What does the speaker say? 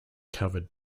covered